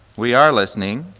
we are listening,